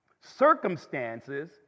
circumstances